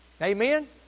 Amen